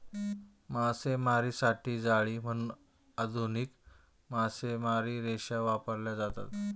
मासेमारीसाठी जाळी म्हणून आधुनिक मासेमारी रेषा वापरल्या जातात